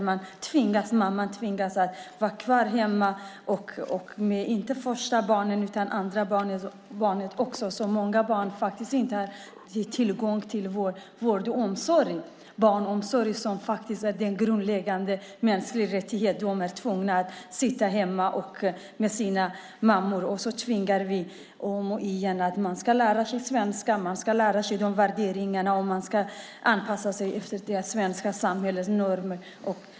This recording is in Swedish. Mamman tvingas att vara hemma inte bara med första barnet utan även med de andra, så många barn får faktiskt inte tillgång till vård, omsorg och barnomsorg vilket faktiskt är en grundläggande mänsklig rättighet. De är tvungna att sitta hemma med sina mammor. Vi talar om att man ska lära sig svenska och att man ska lära sig värderingar och anpassa sig efter det svenska samhällets normer.